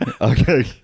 Okay